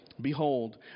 Behold